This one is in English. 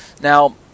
Now